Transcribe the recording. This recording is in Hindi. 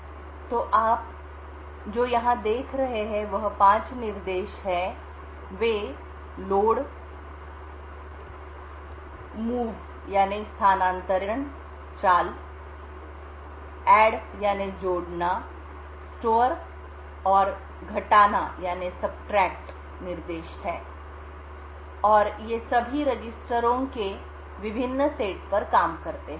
तो आप जो यहां देख रहे हैं वह 5 निर्देश हैं वे लोड चाल स्थानांतरित जोड़ना स्टोर और घटाना निर्देश हैं और ये सभी रजिस्टरों के विभिन्न सेट पर काम करते हैं